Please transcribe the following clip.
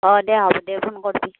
অঁ দে হ'ব দে ফোন কৰবি